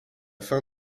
fin